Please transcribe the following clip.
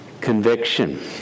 conviction